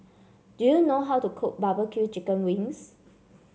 do you know how to cook barbecue Chicken Wings